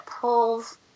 pulls